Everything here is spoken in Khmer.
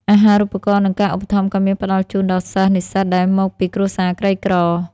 អាហារូបករណ៍ និងការឧបត្ថម្ភក៏មានផ្តល់ជូនដល់សិស្ស និស្សិតដែលមកពីគ្រួសារក្រីក្រ។